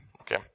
Okay